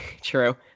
true